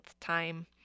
time